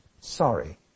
sorry